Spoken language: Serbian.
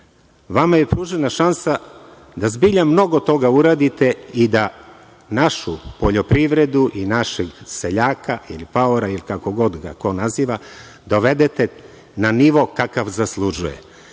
njih. Vama je pružena šansa da zbilja mnogo toga uradite i da našu poljoprivredu i našeg seljaka ili paora ili kako god ga ko naziva, dovedete na nivo kakav zaslužuje. Ja